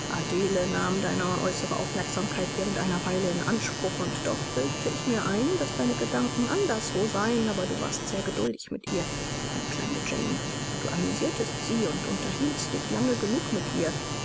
adele nahm deine äußere aufmerksamkeit während einer weile in anspruch und doch bildete ich mir ein daß deine gedanken anderswo seien aber du warst sehr geduldig mit ihr meine kleine jane du amüsiertest sie und unterhieltst dich lange genug mit ihr